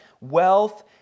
wealth